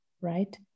right